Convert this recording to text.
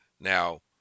Now